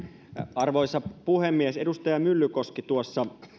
arvoisa puhemies edustaja myllykoski tuossa